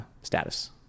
status